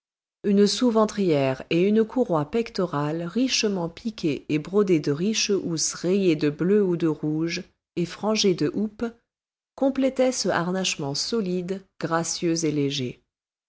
une sous ventrière et une courroie pectorale richement piquée et brodée de riches housses rayées de bleu ou de rouge et frangées de houppes complétaient ce harnachement solide gracieux et léger